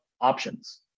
options